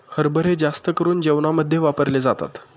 हरभरे जास्त करून जेवणामध्ये वापरले जातात